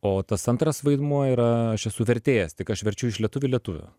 o tas antras vaidmuo yra aš esu vertėjas tik aš verčiu iš lietuvių į lietuvių